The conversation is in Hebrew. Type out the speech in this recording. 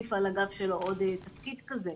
להוסיף על הגב שלו עוד תפקיד כזה,